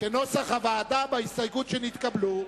כנוסח הוועדה בהסתייגויות שנתקבלו?